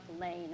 Lane